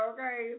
Okay